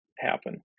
happen